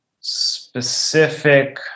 specific